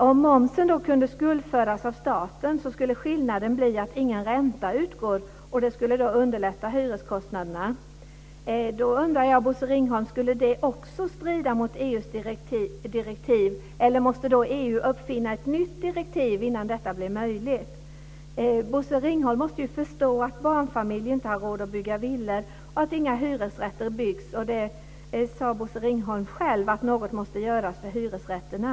Om momsen kunde skuldföras av staten så skulle skillnaden bli att ingen ränta utgår. Det skulle underlätta hyreskostnaderna. Jag undrar om detta också skulle strida mot EU:s direktiv, Bosse Ringholm? Eller måste EU uppfinna ett nytt direktiv innan detta blir möjligt? Bosse Ringholm måste ju förstå att barnfamiljer inte har råd att bygga villor och att inga hyresrätter byggs. Han sade själv att något måste göras för hyresrätterna.